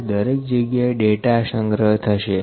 તેથી દરેક જગ્યાએ ડેટા સંગ્રહ થશે